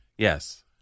Yes